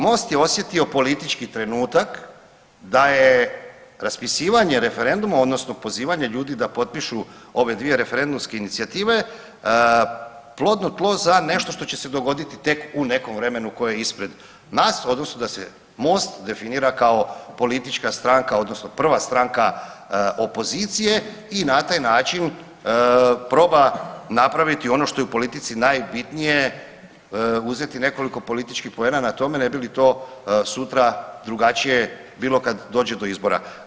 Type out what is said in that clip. Most je osjetio politički trenutak da je raspisivanje referenduma odnosno pozivanje ljudi da potpišu ove dvije referendumske inicijative plodno tlo za nešto što će se dogoditi tek u nekom vremenu koje je ispred nas, odnosno da se Most definira kao politička stranka odnosno prva stranka opozicije i na taj način proba napraviti ono što je u politici najbitnije, uzeti nekoliko političkih poena na tome, ne bi li to sutra drugačije bilo kad dođe do izbora.